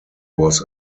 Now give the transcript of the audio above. was